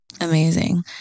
Amazing